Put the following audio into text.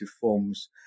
forms